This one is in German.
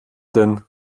denn